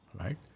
right